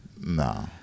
No